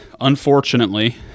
unfortunately